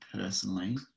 personally